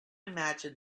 imagine